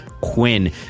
Quinn